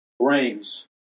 brains